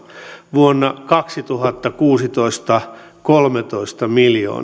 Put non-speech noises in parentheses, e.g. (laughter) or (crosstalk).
vuonna kaksituhattakuusitoista (unintelligible) vain kolmetoista (unintelligible) miljoonaa